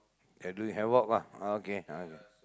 you're doing havoc ah okay okay